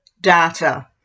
data